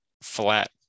flat